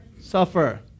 Suffer